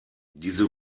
diese